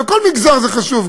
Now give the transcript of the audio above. בכל מגזר זה חשוב,